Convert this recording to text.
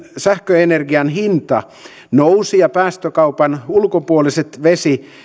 sähköenergian hinta nousi ja päästökaupan ulkopuoliset vesi